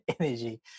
energy